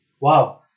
Wow